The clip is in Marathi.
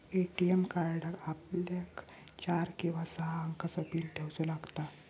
ए.टी.एम कार्डाक आपल्याक चार किंवा सहा अंकाचो पीन ठेऊचो लागता